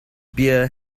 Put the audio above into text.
beer